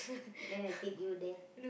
and then I take you there